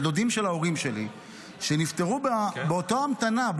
דודים של ההורים שלי שנפטרו באותה המתנה,